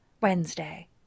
Wednesday